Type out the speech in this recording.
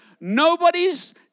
nobody's